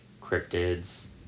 cryptids